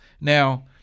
Now